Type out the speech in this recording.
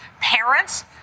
parents